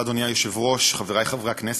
תודה, אדוני היושב-ראש, חברי חברי הכנסת,